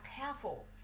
careful